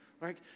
right